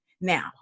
Now